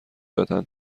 دادهاند